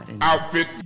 Outfit